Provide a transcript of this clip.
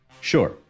Sure